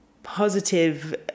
positive